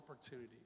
opportunity